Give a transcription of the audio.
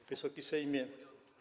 Wysoki Sejmie!